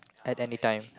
at any time